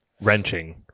Wrenching